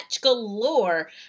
galore